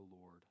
Lord